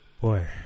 boy